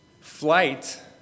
flight